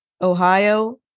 ohio